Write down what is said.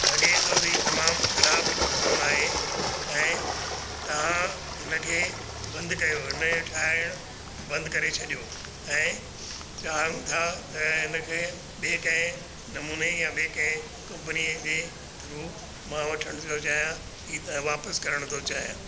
लॻे थो हीउ तमामु ख़राबु फोन आहे ऐं तव्हां हिन खे बंदि कयो हिन जो ठाहिणु बंदि करे छॾियो ऐं चाहिनि था त इन खे ॿिए कंहिं नमूने या ॿे कंहिं कंपनीअ जे थ्रू मां वठण थो चाहियां हीउ त वापसि करण थो चाहियां